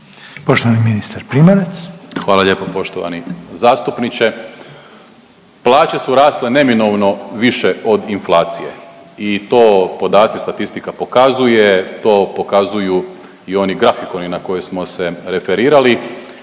Poštovani ministar Primorac. **Primorac, Marko** Hvala lijepo poštovani zastupniče. Plaće su rasle neminovno više od inflacije i to podaci, statistika pokazuje, to pokazuju i oni grafikoni na koje smo se referirali.